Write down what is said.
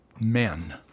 men